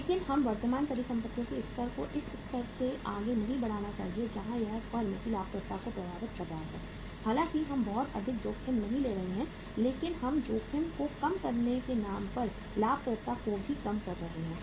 लेकिन हमें वर्तमान परिसंपत्तियों के स्तर को उस स्तर से आगे नहीं बढ़ाना चाहिए जहां यह फर्म की लाभप्रदता को प्रभावित कर रहा है हालांकि हम बहुत अधिक जोखिम नहीं ले रहे हैं लेकिन हम जोखिम को कम करने के नाम पर लाभप्रदता को भी कम कर रहे हैं